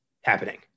happening